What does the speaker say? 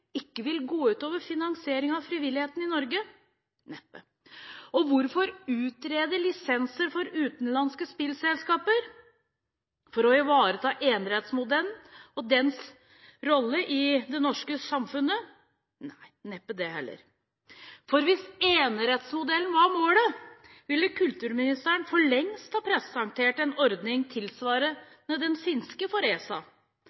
ikke vil gå utover finansieringen av frivilligheten i Norge? Neppe. Og hvorfor skal man utrede lisenser for utenlandske spillselskaper? Er det for å ivareta enerettsmodellen og dens rolle i det norske samfunn? Nei, neppe det heller. Hvis enerettsmodellen var målet, ville kulturministeren for lengst ha presentert en ordning tilsvarende den finske for ESA.